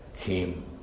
came